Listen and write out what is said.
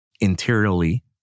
interiorly